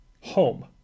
home